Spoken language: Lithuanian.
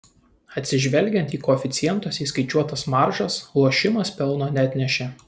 atsižvelgiant į koeficientuose įskaičiuotas maržas lošimas pelno neatnešė